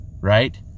right